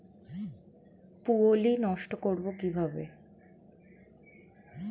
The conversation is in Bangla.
পুত্তলি নষ্ট করব কিভাবে?